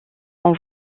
ont